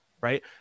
right